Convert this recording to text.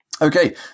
Okay